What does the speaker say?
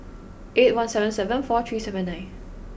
eight one seven seven four three seven nine